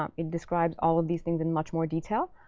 um it describes all of these things in much more detail.